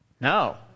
No